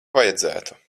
vajadzētu